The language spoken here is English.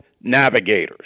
navigators